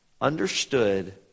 understood